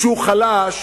כשהוא חלש